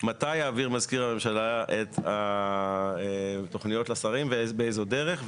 מתי יעביר מזכיר הממשלה את התוכניות לשרים ובאיזו דרך,